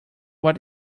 what